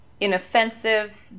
inoffensive